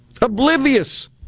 Oblivious